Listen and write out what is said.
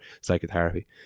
psychotherapy